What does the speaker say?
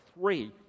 three